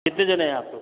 कितने जने हैं आप लोग